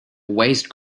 waste